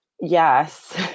yes